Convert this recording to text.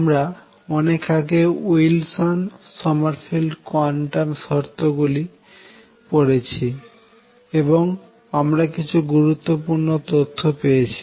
আমরা অনেক আগে উইলসন সোমারফিল্ড কোয়ান্টাম এর শর্ত গুলি পড়েছি এবং আমরা কিছু গুরুত্ব পূর্ণ তথ্য পেয়েছি